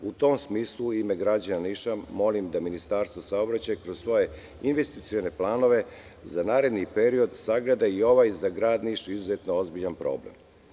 U tom smislu, u ime građana Niša, molim da Ministarstvo saobraćaja, kroz svoje investicione planove za naredni period, sagleda i ovaj za Grad Niš izuzetno ozbiljan problem.